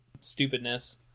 stupidness